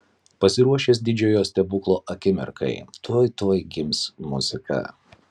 pasiruošęs didžiojo stebuklo akimirkai tuoj tuoj gims muzika